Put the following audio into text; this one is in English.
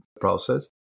process